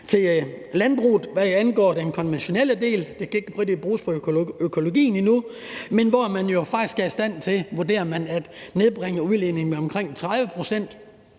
til landbruget, hvad angår den konventionelle del – det kan ikke rigtig bruges i økologien endnu – men hvor man jo faktisk vurderer, at man er i stand til at nedbringe udledningen med omkring 30 pct.